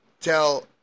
tell